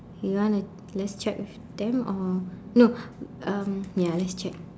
you want to let's check with them or no um ya let's check